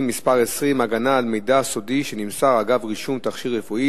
(מס' 20) (הגנה על מידע סודי שנמסר אגב רישום תכשיר רפואי),